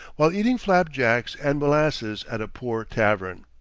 while eating flapjacks and molasses at a poor tavern.